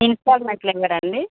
ఇన్స్టాల్మెంట్లో ఇవ్వరా అండి